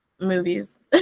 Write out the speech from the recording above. movies